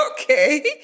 okay